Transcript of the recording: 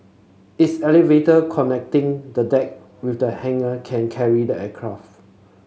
its elevator connecting the deck with the hangar can carry the aircraft